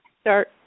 start